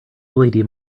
led